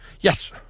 Yes